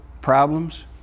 problems